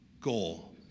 goal